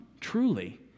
truly